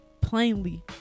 plainly